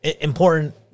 important